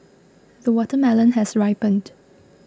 the watermelon has ripened